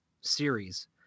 series